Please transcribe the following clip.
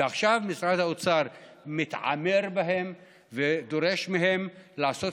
ועכשיו משרד האוצר מתעמר בהם ודורש מהם לעשות